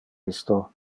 isto